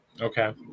Okay